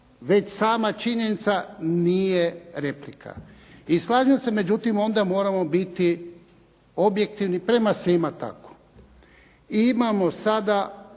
već sama činjenica nije replika. I slažem se međutim onda moramo biti objektivni prema svima tako. Imamo sada